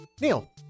neil